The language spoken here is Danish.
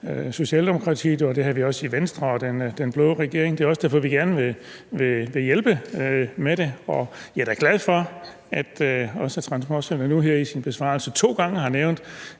Socialdemokratiet, og som vi også havde i Venstre og i den blå regering. Det er også derfor, at vi gerne vil hjælpe med det. Jeg er da glad for, at transportministeren nu her i sine besvarelser to gange har nævnt,